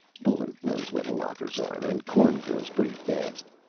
bullard knows where the lockers are. and corn grows pretty fast.